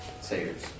Sayers